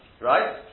right